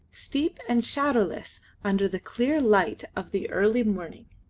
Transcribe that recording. steep and shadowless under the clear, light of the early morning.